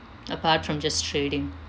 apart from just trading